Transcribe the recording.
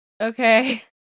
Okay